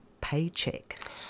paycheck